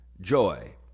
joy